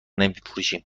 نمیفروشیم